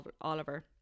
Oliver